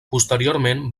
posteriorment